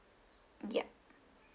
yup